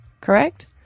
correct